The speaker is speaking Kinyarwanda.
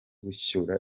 gucyura